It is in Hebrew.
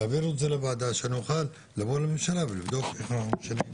תעבירו את זה לוועדה שנוכל לבוא לממשלה ולבדוק איפה אנחנו משנים.